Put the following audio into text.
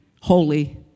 holy